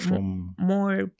more